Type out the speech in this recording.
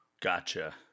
Gotcha